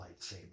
lightsaber